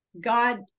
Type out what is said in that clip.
god